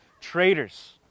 traitors